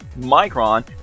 Micron